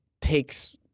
takes